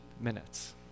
minutes